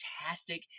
fantastic